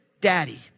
daddy